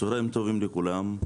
צוהריים טובים לכולם.